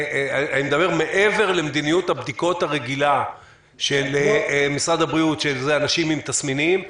מעבר למדיניות הבדיקות הרגילה של משרד הבריאות שאלו אנשים עם תסמינים,